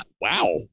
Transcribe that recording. wow